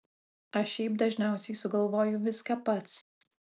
aš šiaip dažniausiai sugalvoju viską pats